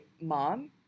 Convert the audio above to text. mom